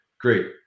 great